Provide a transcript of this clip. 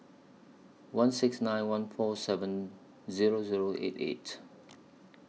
one six nine one four seven Zero Zero eight eight